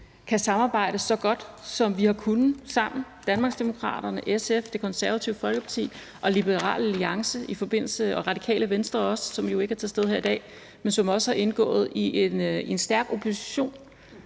kan samarbejde så godt, som vi har kunnet – Danmarksdemokraterne, SF, Det Konservative Folkeparti, Liberal Alliance og Radikale Venstre, som jo ikke er til stede her i dag, men som også er indgået i en stærk opposition